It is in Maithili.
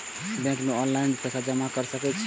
बैंक में ऑनलाईन पैसा जमा कर सके छीये?